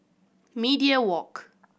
Media Walk